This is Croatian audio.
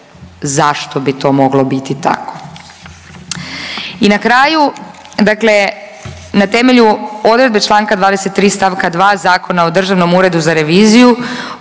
zašto bi to moglo biti tako. I na kraju, dakle na temelju odredbe članka 23. stavka 2. Zakona o Državnom uredu za reviziju